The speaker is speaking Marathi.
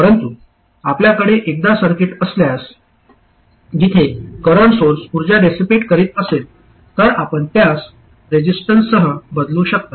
परंतु आपल्याकडे एखादा सर्किट असल्यास जिथे करंट सोर्स उर्जा डेसीपेट करीत असेल तर आपण त्यास रेझिस्टरसह बदलू शकता